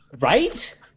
Right